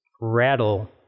rattle